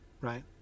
right